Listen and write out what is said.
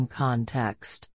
context